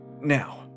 Now